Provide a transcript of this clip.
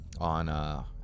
on